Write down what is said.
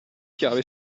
chiave